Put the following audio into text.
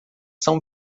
são